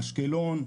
מאשקלון,